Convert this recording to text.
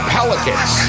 Pelicans